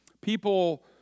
People